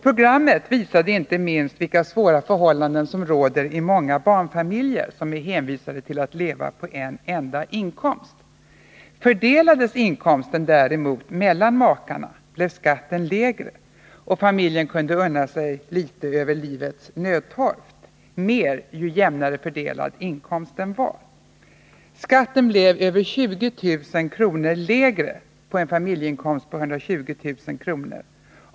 Programmet visade inte minst vilka svåra förhållanden som råder i många barnfamiljer som är hänvisade till att leva på en enda inkomst. Fördelades inkomsten däremot mellan makarna blev skatten lägre, och familjen kunde unna sig litet över livets nödtorft — mer ju jämnare inkomsten var. Skatten blev över 20000 kr. lägre på en familjeinkomst på 120 000 kr.